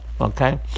Okay